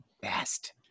best